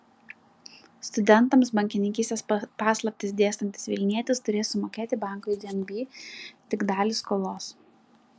studentams bankininkystės paslaptis dėstantis vilnietis turės sumokėti bankui dnb tik dalį skolos